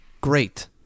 great